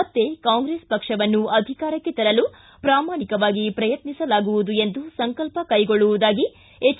ಮತ್ತೇ ಕಾಂಗ್ರೆಸ್ ಪಕ್ಷವನ್ನು ಅಧಿಕಾರಕ್ಕೆ ತರಲು ಪ್ರಾಮಾಣಿಕವಾಗಿ ಪ್ರಯತ್ನಿಸಲಾಗುವುದು ಎಂದು ಸಂಕಲ್ಪ ಕೈಗೊಳ್ಳುವುದಾಗಿ ಎಚ್